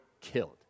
killed